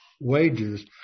wages